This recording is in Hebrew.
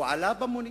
עלה למונית,